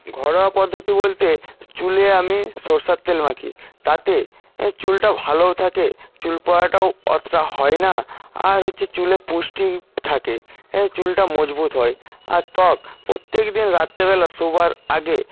ঘরোয়া পদ্ধতি বলতে চুলে আমি সরষের তেল মাখি তাতে চুলটা ভালোও থাকে চুল পড়াটাও অতটা হয় না আর হচ্ছে চুলে পুষ্টি থাকে চুলটা মজবুত হয় আর ত্বক প্রত্যেকদিন রাত্তিবেলা শোবার আগে